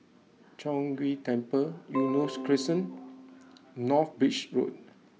Chong Ghee Temple Eunos Crescent North Bridge Road